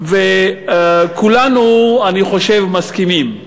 כולנו, אני חושב, מסכימים,